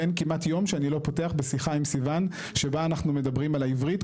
ואין כמעט יום שאני לא פותח בשיחה עם סיון שבה אנחנו מדברים על העברית,